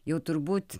jau turbūt